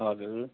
हजुर